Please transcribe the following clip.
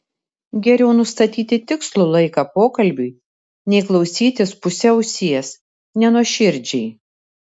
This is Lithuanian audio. geriau nustatyti tikslų laiką pokalbiui nei klausytis puse ausies nenuoširdžiai